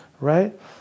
right